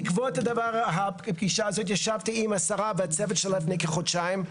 בעקבות הפגישה הזאת ישבתי עם השרה והצוות שלה לפני כחודשיים?